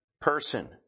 person